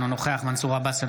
אינו נוכח מנסור עבאס,